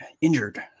injured